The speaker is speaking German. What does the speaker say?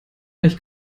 ich